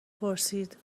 پرسید